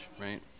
right